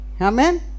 Amen